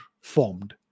formed